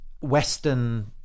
Western